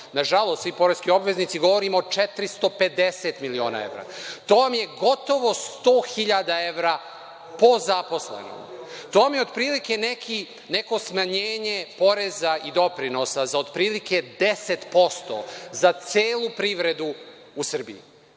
na žalost, svi poreski obveznici, govorimo o 450 miliona evra. To vam je gotovo 100.000 evra po zaposlenom. To vam je od prilike neko smanjenje poreza i doprinosa za od prilike 10% za celu privredu u Srbiji. Ovo